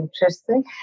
interesting